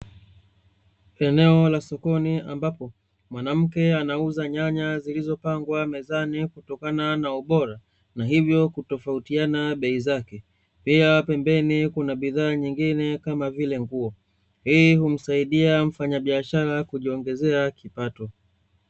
Eneo la sokoni ambapo mwanamke anauza nyanya zilizopangwa amezani kutokana na ubora, na hivyo kutofautiana bei zake. Pia pembeni kuna bidhaa nyingine kama vile nguo. Hii humsaidia mfanyabiashara kujiongezea kipato.